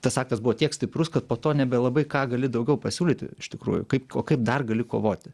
tas aktas buvo tiek stiprus kad po to nebelabai ką gali daugiau pasiūlyti iš tikrųjų kaip o kaip dar gali kovoti